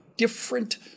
Different